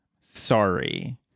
Sorry